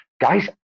Guys